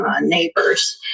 Neighbors